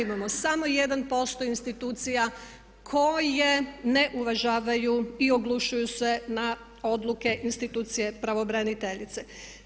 Imamo samo 1% institucija koje ne uvažavaju i oglušuju se na odluke institucije pravobraniteljice.